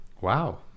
Wow